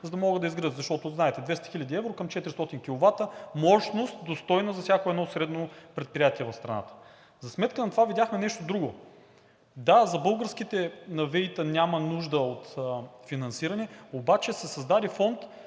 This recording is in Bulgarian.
за да могат да изградят. Защото, знаете, 200 хил. евро към 400 киловата мощност, достойна за всяко средно предприятие в страната. За сметка на това видяхме нещо друго. Да, за българските ВЕИ-та няма нужда от финансиране. Обаче се създаде мегафонд